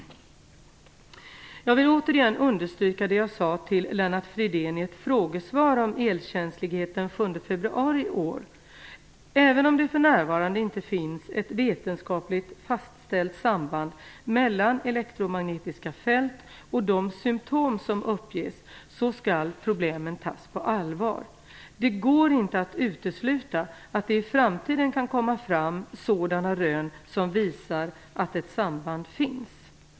Jag vill återigen understryka det som jag sade till februari i år. Även om det för närvarande inte finns ett vetenskapligt fastställt samband mellan elektromagnetiska fält och de symtom som uppges, så skall problemen tas på allvar. Det går inte att utesluta att det i framtiden kan komma fram sådana rön som visar att ett samband finns.